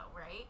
right